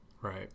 right